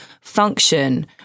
function